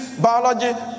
biology